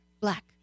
black